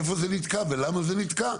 איפה זה נתקע ולמה זה נתקע.